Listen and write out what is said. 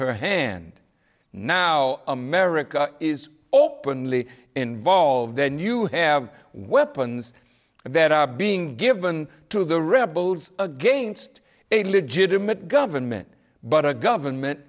her hand now america is openly involved then you have weapons that are being given to the rebels against a legitimate government but a government